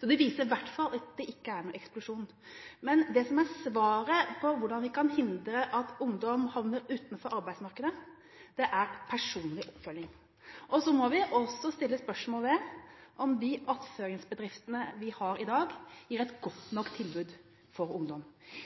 Det viser i hvert fall at det ikke er noen eksplosjon. Men det som er svaret på hvordan vi kan hindre at ungdom havner utenfor arbeidsmarkedet, er personlig oppfølging. Og vi må også stille spørsmål ved om de attføringsbedriftene vi har i dag, gir et godt nok tilbud for ungdom.